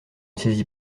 saisis